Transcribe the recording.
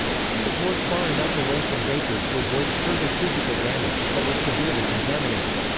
she was moored far enough away from baker to avoid further physical damage, but was severely contaminated.